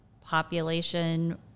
population